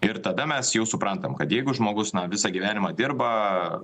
ir tada mes jau suprantam kad jeigu žmogus na visą gyvenimą dirba